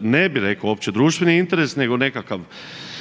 ne bi rekao uopće društveni interes nego nekakav